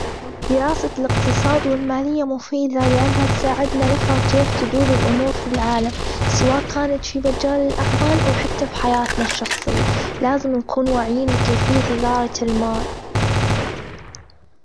دراسة الآقتصاد والمالية مفيذة لأنها تساعدنا نفهم كيف تدور الامور في العالم سواء كانت في مجال الأعمال أو حتى في حياتنا الشخصية لازم نكون وعيين لكيفية إدارة المال.